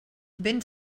vent